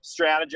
strategize